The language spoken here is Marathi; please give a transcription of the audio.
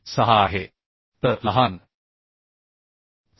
6 आहे बरोबर तर लहान 7